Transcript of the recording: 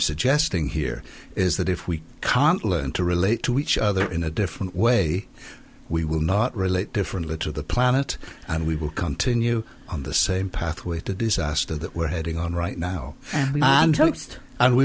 suggesting here is that if we can't learn to relate to each other in a different way we will not relate differently to the planet and we will continue on the same path with the disaster that we're heading on right now